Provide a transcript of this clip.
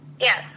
Yes